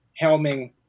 helming